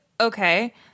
Okay